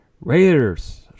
Raiders